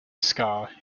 ska